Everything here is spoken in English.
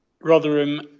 Rotherham